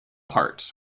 parts